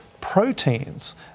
proteins